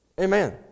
Amen